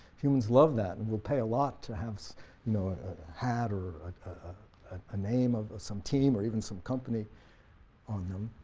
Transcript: humans love that, and will pay a lot to have you know a hat or a name of some team, or even some company on them.